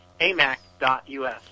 amac.us